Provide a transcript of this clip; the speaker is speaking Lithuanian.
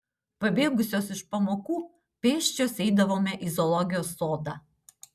pabėgusios iš pamokų pėsčios eidavome į zoologijos sodą